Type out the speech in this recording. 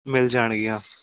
ਮਿਲ ਜਾਣਗੀਆਂ